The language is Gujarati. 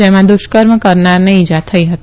જેમાં દુષ્કર્મ કરનારને ઈજા થઈ હતી